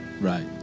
Right